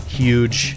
huge